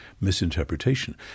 misinterpretation